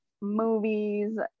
movies